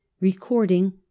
Recording